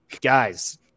guys